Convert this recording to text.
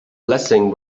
blessing